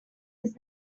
his